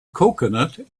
coconut